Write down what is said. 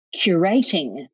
curating